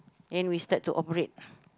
then we start to operate